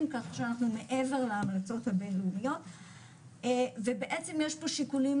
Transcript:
ככה שאנחנו מעבר להמלצות הבינלאומיות ובעצם יש פה שיקולים